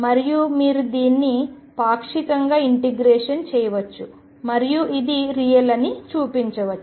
మరియు మీరు దీనిని పాక్షికంగా ఇంటిగ్రేషన్ చేయవచ్చు మరియు ఇది Real అని చూపించవచ్చు